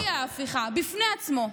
ובלי ההפיכה, בפני עצמו.